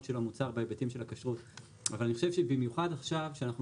של המוצר בהיבטים של הכשרות אבל אני חושב שבמיוחד עכשיו שאנחנו